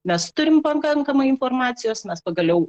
mes turim pakankamai informacijos mes pagaliau